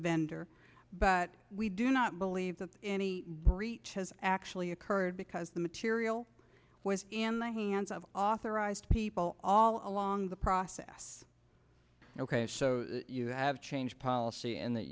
vendor but we do not believe that any breach has actually occurred because the material was in the hands of authorized people all along the process ok so you have changed policy in that